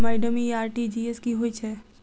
Madam इ RTGS की होइ छैय?